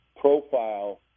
profile